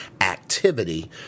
activity